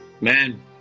man